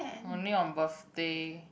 only on birthday